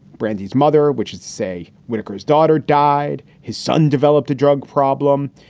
brandy's mother, which is say whitakers daughter, died. his son developed a drug problem.